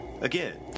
Again